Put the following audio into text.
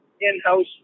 in-house